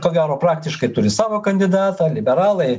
ko gero praktiškai turi savo kandidatą liberalai